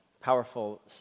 powerful